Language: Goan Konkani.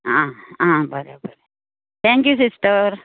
आं आं बरें बरें थॅक्यू सिस्टर